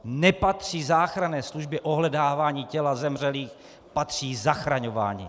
Nepatří záchranné službě ohledávání těla zemřelých, patří zachraňování.